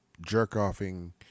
jerk-offing